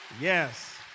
Yes